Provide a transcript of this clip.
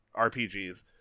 RPGs